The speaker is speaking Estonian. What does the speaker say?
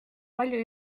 palju